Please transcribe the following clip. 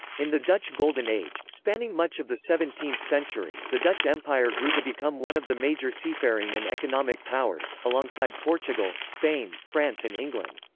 in the dutch golden age, spanning much of the seventeenth century, the dutch empire grew to become one of the major seafaring and economic powers, alongside portugal, spain, france and england.